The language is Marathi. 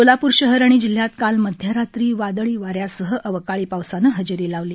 सोलापूर शहर आणि जिल्ह्यात काल मध्यरात्री वादळी वाऱ्यासह अवकाळी पावसानं हजेरी लावली